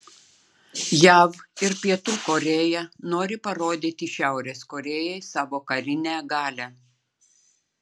jav ir pietų korėja nori parodyti šiaurės korėjai savo karinę galią